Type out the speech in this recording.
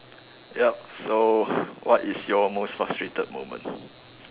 yup so what is your most frustrated moment